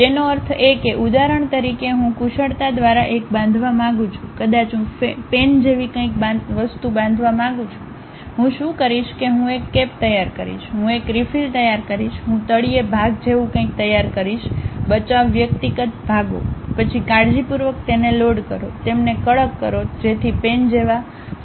તેનો અર્થ એ કે ઉદાહરણ તરીકે હું કુશળતા દ્વારા એક બાંધવા માંગું છું કદાચ હું પેન જેવી કંઈક બાંધવા માંગું છું હું શું કરીશ કે હું એક કેપ તૈયાર કરીશ હું એક રિફિલ તૈયાર કરીશ હું તળિયે ભાગ જેવું કંઈક તૈયાર કરીશ બચાવ વ્યક્તિગત ભાગો પછી કાળજીપૂર્વક તેને લોડ કરો તેમને કડક કરો જેથી પેન જેવા સંયુક્ત ભાગ બનાવવામાં આવે